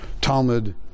Talmud